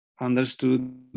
understood